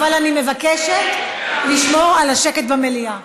אבל אני מבקשת לשמור על השקט במליאה.